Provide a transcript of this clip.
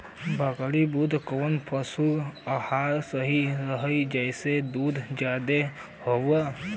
बकरी बदे कवन पशु आहार सही रही जेसे दूध ज्यादा होवे?